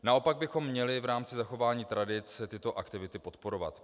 Naopak bychom měli v rámci zachování tradic tyto aktivity podporovat.